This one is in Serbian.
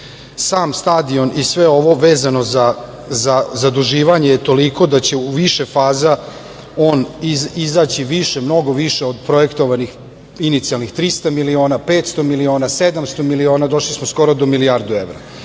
stadion i sve ovo vezano za zaduživanje je toliko da će u više faza on izaći više, mnogo više od projektovanih inicijalnih 300 miliona, 500 miliona, 700 miliona, došli smo skoro do milijardu